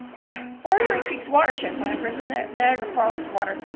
fore-dairy creek's watershed plan versus niagara falls watershed.